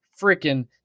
freaking